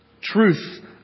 truth